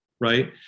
right